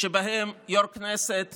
שבהם יו"ר הכנסת